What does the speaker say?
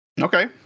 Okay